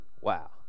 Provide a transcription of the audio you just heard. Wow